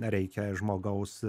reikia žmogaus